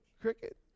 cricket